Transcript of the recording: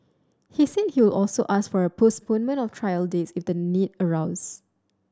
he said he would also ask for a postponement of trial dates if the need arose